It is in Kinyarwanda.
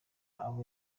abo